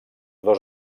dos